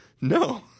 no